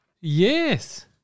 Yes